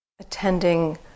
Attending